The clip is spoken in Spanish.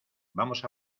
vamos